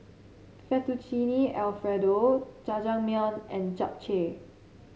Fettuccine Alfredo Jajangmyeon and Japchae